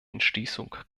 entschließung